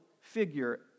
figure